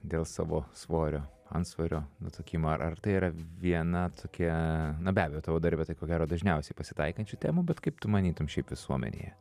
dėl savo svorio antsvorio nutukimo ar ar tai yra viena tokia na be abejo tavo darbe tai ko gero dažniausiai pasitaikančių temų bet kaip tu manytum šiaip visuomenėje